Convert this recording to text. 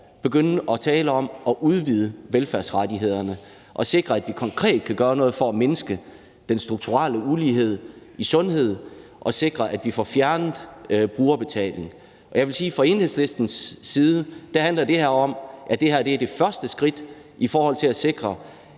begynde at tale om at udvide velfærdsrettighederne og sikre, at vi konkret kan gøre noget for at mindske den strukturelle ulighed i sundhed og sikre, at vi får fjernet brugerbetalingen. Jeg vil sige, at fra Enhedslistens side handler det her om, at det her er det første skridt til at sikre,